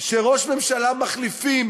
שראש ממשלה מחליפים,